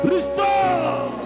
Restore